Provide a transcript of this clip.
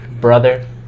brother